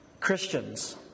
Christians